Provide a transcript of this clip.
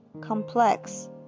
complex